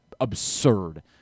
absurd